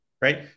right